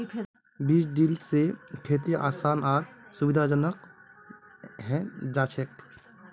बीज ड्रिल स खेती आसान आर सुविधाजनक हैं जाछेक